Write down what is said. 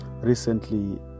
recently